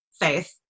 faith